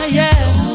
yes